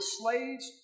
slaves